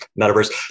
metaverse